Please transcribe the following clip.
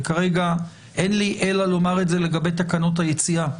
כרגע אין לי אלא לומר את זה לגבי תקנות היציאה.